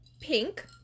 pink